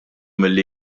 milli